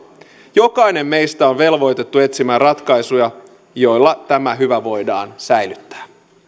jokainen meistä on velvoitettu etsimään ratkaisuja joilla tämä hyvä voidaan säilyttää